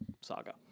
saga